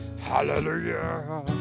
hallelujah